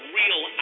real